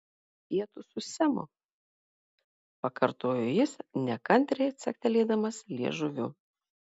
pietūs su semu pakartojo jis nekantriai caktelėdamas liežuviu